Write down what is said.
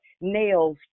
nails